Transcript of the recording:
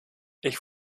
ich